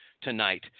tonight